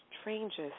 strangest